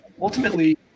ultimately